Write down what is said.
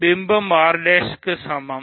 பிம்பம் R' க்கு சமம்